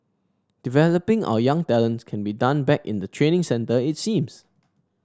developing our young talents can be done back in the training centre it seems